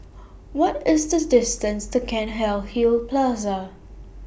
What IS The distance to Cairnhill Plaza